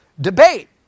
Debate